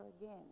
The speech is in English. again